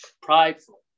prideful